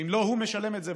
ואם לא הוא משלם את זה,